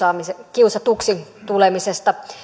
kiusatuksi tulemisesta